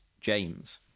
James